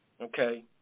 Okay